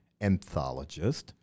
anthologist